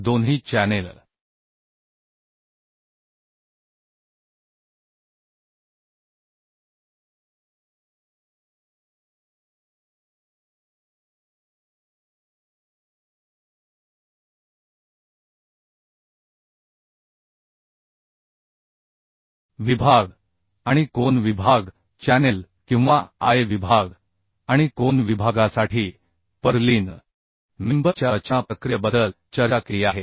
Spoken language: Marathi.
मागील व्याख्यानात आपण दोन्ही चॅनेल विभाग आणि कोन विभाग चॅनेल किंवा I विभाग आणि कोन विभागासाठी पर्लिन मेंबर च्या रचना प्रक्रियेबद्दल चर्चा केली आहे